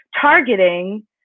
targeting